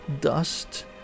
dust